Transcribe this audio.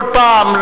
כל פעם,